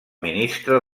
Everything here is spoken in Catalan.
ministre